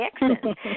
accent